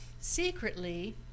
secretly